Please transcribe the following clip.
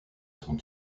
sont